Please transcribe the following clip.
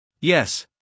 Yes